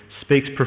speaks